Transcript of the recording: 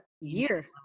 year